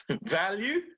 value